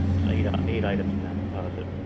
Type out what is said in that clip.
there's eight ah eight items in that composite.